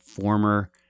former